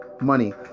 money